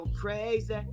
crazy